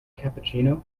cappuccino